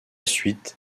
suite